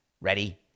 ready